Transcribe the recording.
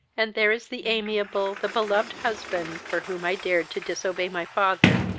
and there is the amiable, the beloved husband for whom i dared to disobey my father,